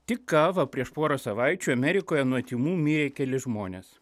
tik ką va prieš porą savaičių amerikoje nuo tymų mirė keli žmonės